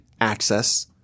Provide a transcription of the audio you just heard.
access